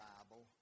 Bible